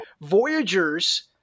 voyagers